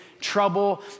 trouble